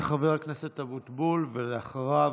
חבר הכנסת אבוטבול, ואחריו,